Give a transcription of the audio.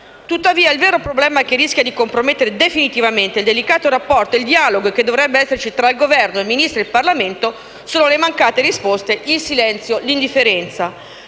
Tuttavia, il vero problema che rischia di compromettere definitivamente il delicato rapporto e il dialogo che dovrebbe esserci tra Governo, Ministro e Parlamento, sono le mancate risposte, il silenzio, l'indifferenza.